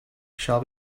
shall